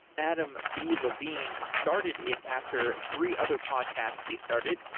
adam b. levine started it after three other podcasts he started.